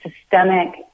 systemic